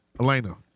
Elena